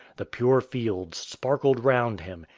the pure fields sparkled round him,